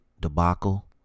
debacle